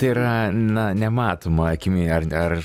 tai yra na nematoma akimi ar ar